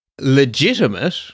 legitimate